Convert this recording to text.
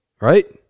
right